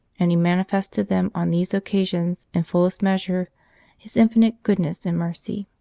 and he manifests to them on these occasions in fullest measure his infinite goodness and mercy.